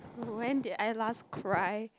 when did I last cry